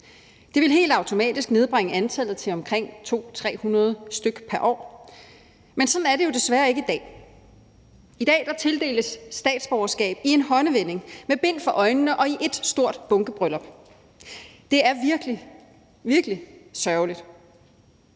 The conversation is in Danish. Det ville helt automatisk nedbringe antallet til omkring 200-300 pr. år, men sådan er det desværre ikke i dag. I dag tildeles statsborgerskab i en håndevending, med bind for øjnene og som et stort bunkebryllup. Det er virkelig sørgeligt.